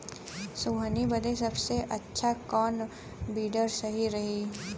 सोहनी बदे सबसे अच्छा कौन वीडर सही रही?